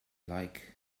like